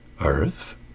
earth